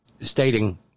stating